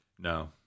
No